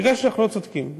הרגשתי שאנחנו לא צודקים,